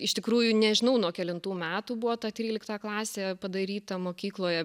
iš tikrųjų nežinau nuo kelintų metų buvo ta trylikta klasė padaryta mokykloje